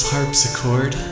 Harpsichord